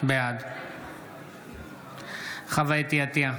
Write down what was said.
בעד חוה אתי עטייה,